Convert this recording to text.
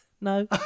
No